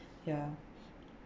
ya